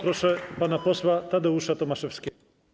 Proszę pana posła Tadeusza Tomaszewskiego.